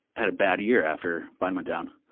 had a bad year after vine went down.